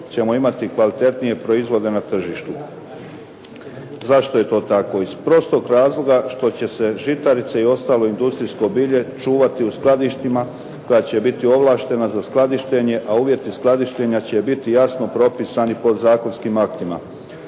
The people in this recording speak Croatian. ćemo imati kvalitetnije proizvode na tržištu. Zašto je to tako? Iz prostog razloga što će se žitarice i ostalo industrijsko bilje čuvati u skladištima koja će biti ovlaštena za skladištenje, a uvjeti skladištenja će biti jasno propisani podzakonskim aktima.